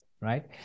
right